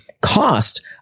cost